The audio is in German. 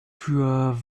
für